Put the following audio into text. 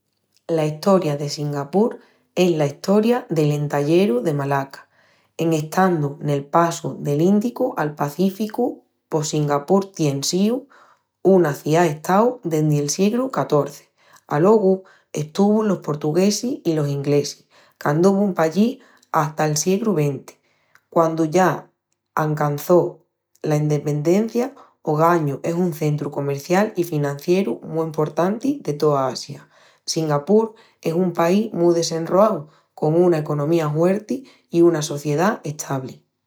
La estoria de Singapur es la estoria del Entallaeru de Malaca. En estandu nel passu del ïndicu al Pacíficu pos Singapur tien síu una ciá-estau dendi'l siegru XIV. Alogu estuvun los portuguesis i los inglesis, qu'anduvun pallí hata'l siegru XX, quandu ya ancançó l endependencia. Ogañu es un centru comercial i financieru mu emportanti de toa Asia. Singapur es un país mu desenroau, con una economía huerti i una sociedá establi.